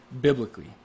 biblically